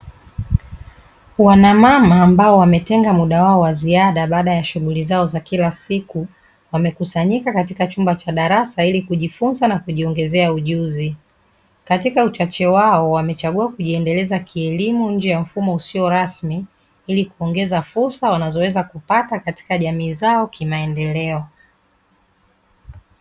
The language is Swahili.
Wanamama ambao wametenga muda wao wa ziada baada ya shughuli zao za kila siku wamekusanyika katika chumba cha darasa ili kujifunza na kujiongezea ujuzi, katika uchache wao wamechagua kujiendeleza kielimu nje ya mfumo usio rasmi ili kuongeza fursa wanazoweza kupata katika jamii zao kimaendeleo.